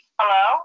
Hello